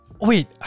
Wait